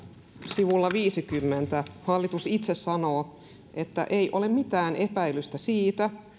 sivulla viisikymmentä hallitus itse sanoo että ei ole mitään epäilystä siitä